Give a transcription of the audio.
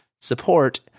support